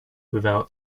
without